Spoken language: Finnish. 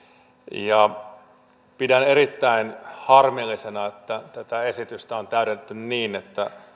pidän erittäin harmillisena että tätä esitystä on täydennetty niin että